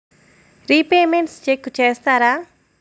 Repayments check చేస్తారా?